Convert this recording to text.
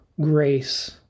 grace